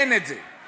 אין את זה.